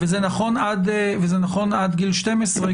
וזה נכון עד גיל 12,